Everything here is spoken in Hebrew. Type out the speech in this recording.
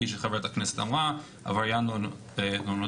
כפי שחברת הכנסת אמרה - עבריין לא נודע,